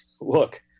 look